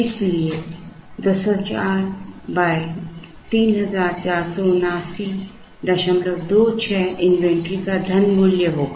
इसलिए ⋀ 10000 347926 इन्वेंट्री का धनमूल्य होगा